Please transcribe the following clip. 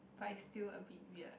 but it still a bit weird